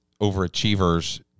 overachievers